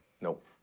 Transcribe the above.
Nope